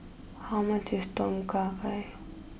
how much is Tom Kha Gai